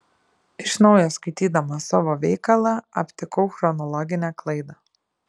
iš naujo skaitydamas savo veikalą aptikau chronologinę klaidą